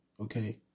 Okay